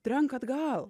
trenk atgal